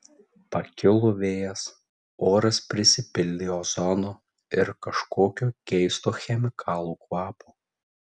pakilo vėjas oras prisipildė ozono ir kažkokio keisto chemikalų kvapo